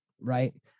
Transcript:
right